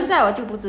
!huh!